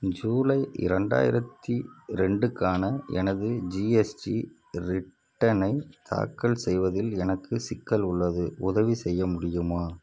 ஜூலை இரண்டாயிரத்து ரெண்டுக்கான எனது ஜிஎஸ்டி ரிட்டனை தாக்கல் செய்வதில் எனக்கு சிக்கல் உள்ளது உதவி செய்ய முடியுமா